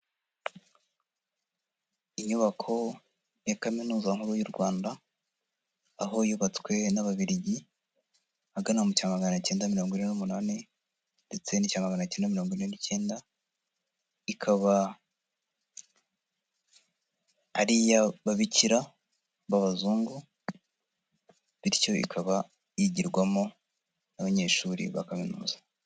Inyubako ya kaminuza nkuru y'u Rwanda, aho yubatswe n'Ababiligi, ahagana mucya maganacyenda mirongo ine n'umunani, ndetse n'icya maganacyenda mirongo ine n'icyenda. Ikaba, ari iy'ababikira b'abazungu, bityo ikaba yigirwamo n'abanyeshuri ba kaminuza.